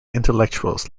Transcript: intellectuals